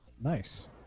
Nice